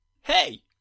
Hey